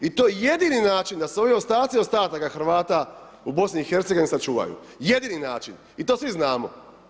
I to je jedini način da se ovi ostaci ostataka Hrvata u BiH-a sačuvaju, jedini način i to svi znamo.